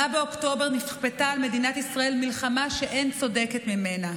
ב-7 באוקטובר נכפתה על מדינת ישראל מלחמה שאין צודקת ממנה.